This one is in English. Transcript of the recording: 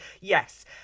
yes